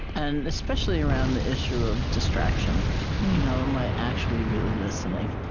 and especially around the issue of distraction you know am i actually, really listening,